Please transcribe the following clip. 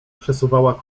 przesuwała